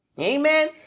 Amen